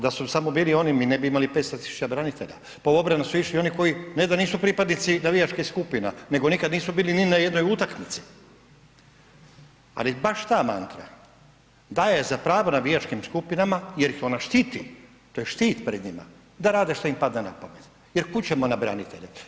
Da su samo bili oni mi ne bi imali 500.000 branitelja, pa u obranu su išli oni koji ne da nisu pripadnici navijačkih skupina nego nikad nisu bili ni na jednoj utakmici, ali baš ta mantra daje za pravo navijačkim skupinama jer ih ona štiti, to je štit pred njima da rade što im pada na pamet jer kud ćemo na branitelje.